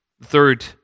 third